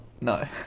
No